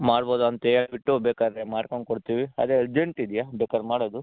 ಮಾಡಬಹುದ ಅಂತ ಹೇಳ್ಬಿಟ್ಟು ಬೇಕಾದರೆ ಮಾಡ್ಕೊಂಕೊಡ್ತೀವಿ ಅದೆ ಅರ್ಜೆಂಟ್ ಇದೆಯಾ ಬೇಕಾದ್ರ್ ಮಾಡೋದು